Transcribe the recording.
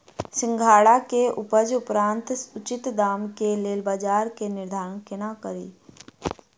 सिंघाड़ा केँ उपजक उपरांत उचित दाम केँ लेल बजार केँ निर्धारण कोना कड़ी?